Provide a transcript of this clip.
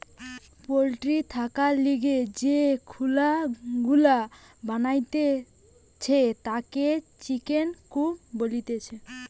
poultry থাকার লিগে যে খুলা গুলা বানাতিছে তাকে চিকেন কূপ বলতিছে